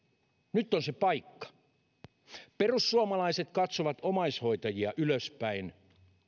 nyt on se paikka perussuomalaiset katsovat omaishoitajia ylöspäin